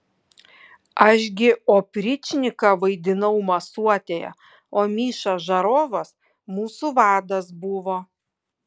aš gi opričniką vaidinau masuotėje o miša žarovas mūsų vadas buvo